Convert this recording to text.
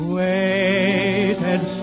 waited